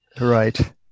Right